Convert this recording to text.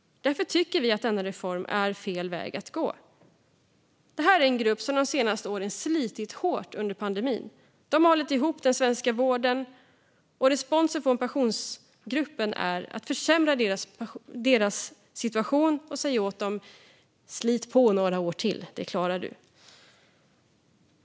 Därför tycker vi att denna reform är fel väg att gå. Det här är en grupp som de senaste åren slitit hårt under pandemin. De har hållit ihop den svenska vården. Responsen från Pensionsgruppen är att försämra deras situation och säga åt dem: Slit på några år till! Det klarar ni!